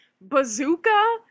Bazooka